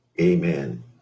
amen